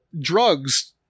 drugs